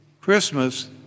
Christmas